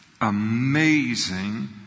amazing